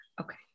Okay